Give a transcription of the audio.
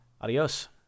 Adios